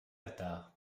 attard